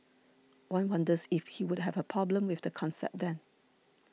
one wonders if he would have a problem with the concept then